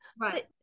right